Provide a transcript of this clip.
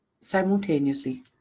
simultaneously